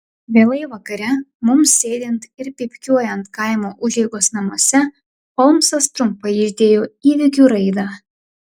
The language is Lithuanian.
vėlai vakare mums sėdint ir pypkiuojant kaimo užeigos namuose holmsas trumpai išdėjo įvykių raidą